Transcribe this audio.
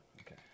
Okay